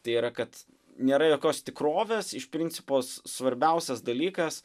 tai yra kad nėra jokios tikrovės iš principo svarbiausias dalykas